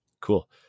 cool